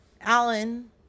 Alan